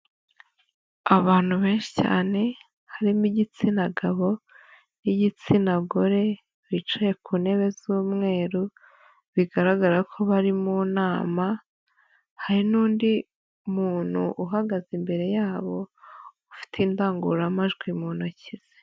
Abantu benshi cyane harimo igitsina gabo n'igitsina gore, bicaye ku ntebe z'umweru, bigaragara ko bari mu nama, hari n'undi muntu uhagaze imbere yabo, ufite indangururamajwi mu ntoki ze.